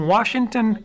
Washington